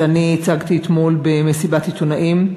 שאני הצגתי אתמול במסיבת עיתונאים,